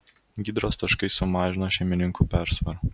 gydros taškai sumažino šeimininkų persvarą